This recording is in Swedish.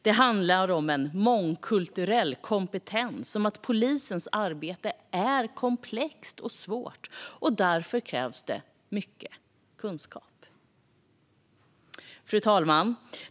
Det handlar om en mångkulturell kompetens och om att polisens arbete är komplext och svårt. Därför krävs det mycket kunskap. Fru talman!